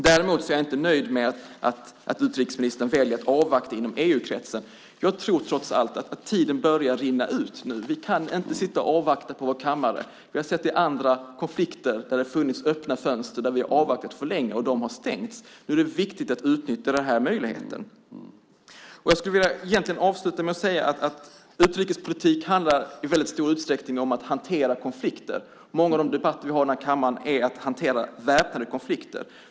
Däremot är jag inte nöjd med att utrikesministern väljer att avvakta inom EU-kretsen. Jag tror att tiden börjar rinna ut. Vi kan inte sitta och avvakta på vår kammare. I andra konflikter där det har funnits öppna fönster har vi avvaktat för länge, och då har de stängts. Nu är det viktigt att vi utnyttjar denna möjlighet. Jag vill avsluta med att säga att utrikespolitik i stor utsträckning handlar om att hantera konflikter. Många av debatterna här i kammaren handlar om att hantera väpnade konflikter.